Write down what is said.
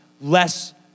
less